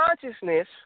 consciousness